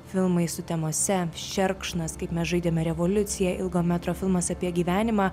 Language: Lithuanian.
filmai sutemose šerkšnas kaip mes žaidėme revoliuciją ilgo metro filmas apie gyvenimą